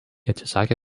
atsisakė